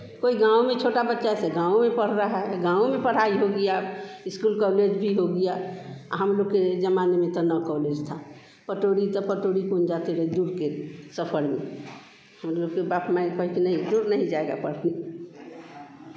कोई गाँव में छोटा बच्चा ऐसे गाँव में पढ़ रहा है गाँव में पढ़ाई हो गया अब इस्कुल कॉलेज भी हो गया और् हम लोग के ज़माने में तो ना कॉलेज था पटोरी तो पटोरी कोन जाते दूर के सफ़र में हम लोग के बाप माई कहे कि नहीं दूर नहीं जाएगा पढ़ने